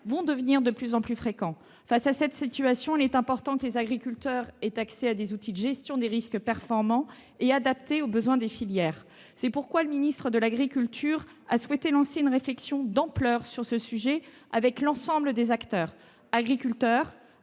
grêle deviendront de plus en plus fréquents. Face à cette situation, il est important que les agriculteurs aient accès à des outils de gestion des risques performants et adaptés aux besoins des filières. C'est pourquoi le ministre de l'agriculture a souhaité lancer une réflexion d'ampleur sur ce sujet, avec l'ensemble des acteurs : agriculteurs,